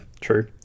True